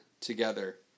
together